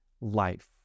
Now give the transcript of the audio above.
life